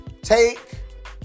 Take